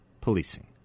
policing